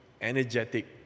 energetic